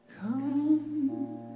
Come